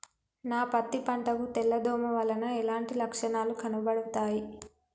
నా పత్తి పంట కు తెల్ల దోమ వలన ఎలాంటి లక్షణాలు కనబడుతాయి?